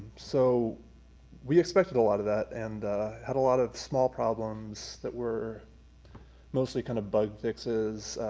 so we expected a lot of that and had a lot of small problems that were mostly kind of bug fixes,